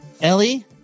ellie